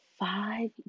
Five